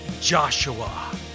Joshua